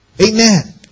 amen